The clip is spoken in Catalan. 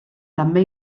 també